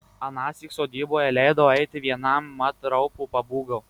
anąsyk sodyboje leidau eiti vienam mat raupų pabūgau